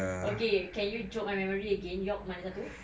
okay can you jog my memory again york mana satu